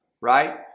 right